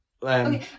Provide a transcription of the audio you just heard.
Okay